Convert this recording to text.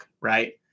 right